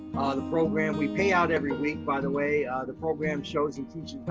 ah the program, we pay out every week, by the way. the program shows and teaches